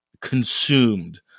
consumed